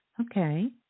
okay